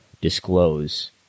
disclose